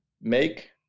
make